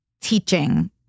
teaching